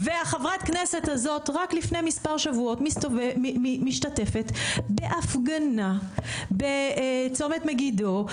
וחברת הכנסת הזאת רק לפני מספר שבועות משתתפת בהפגנה בצומת מגידו,